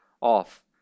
off